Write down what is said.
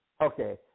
Okay